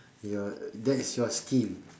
your that's your skill